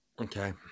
Okay